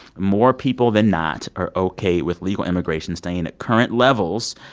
more people than not are ok with legal immigration staying at current levels.